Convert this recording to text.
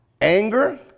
anger